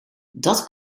dat